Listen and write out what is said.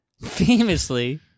Famously